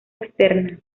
externa